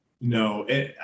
no